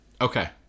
Okay